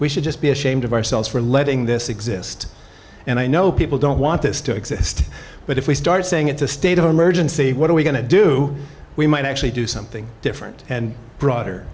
we should just be ashamed of ourselves for letting this exist and i know people don't want this to exist but if we start saying it's a state of emergency what are we going to do we might actually do something different and bro